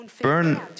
burn